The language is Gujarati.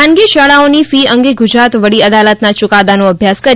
ખાનગી શાળાઓની ફી અંગે ગુજરાત વડી અદાલતના યુકાદાનો અભ્યાસ કરી